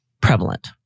prevalent